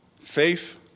faith